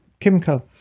Kimco